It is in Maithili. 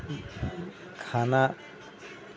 खाना